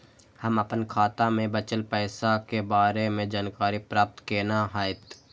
हम अपन खाता में बचल पैसा के बारे में जानकारी प्राप्त केना हैत?